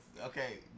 Okay